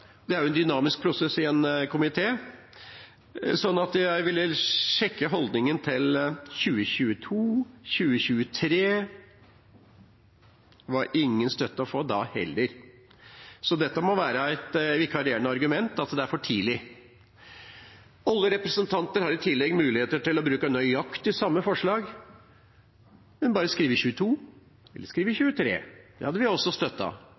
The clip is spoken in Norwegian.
det er jo en dynamisk prosess i en komité – for å sjekke holdningen til 2022, 2023. Det var ingen støtte å få da heller, så det må være et vikarierende argument at det er for tidlig. Alle representanter har i tillegg muligheter til å bruke nøyaktig samme forslag, men skrive 2022 eller 2023. Det hadde vi også